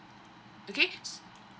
okay